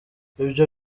ivyo